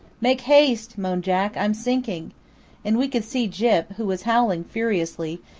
make haste, moaned jack, i'm sinking and we could see gyp, who was howling furiously,